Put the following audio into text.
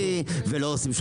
13:02